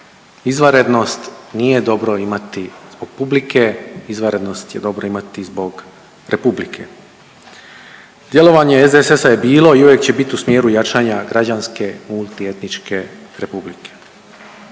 Izvanrednost nije dobro imati zbog publike, izvanrednost je dobro imati zbog republike. Djelovanje SDSS-a je bilo i uvijek će biti u smjeru jačanja građanske i multietničke republike.